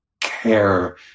care